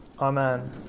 Amen